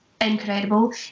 incredible